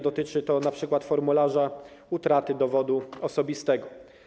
Dotyczy to np. formularza utraty dowodu osobistego.